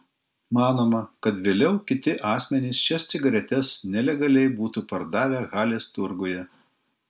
manoma kad vėliau kiti asmenys šias cigaretes nelegaliai būtų pardavę halės turguje